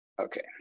okay